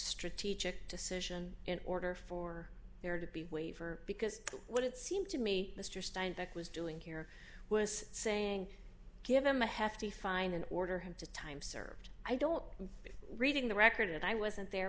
strategic decision in order for there to be waiver because what it seemed to me mr steinbeck was doing here was saying give him a hefty fine and order him to time served i don't know reading the record and i wasn't there